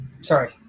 Sorry